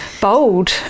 bold